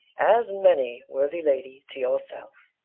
as many, worthy lady, to yourself!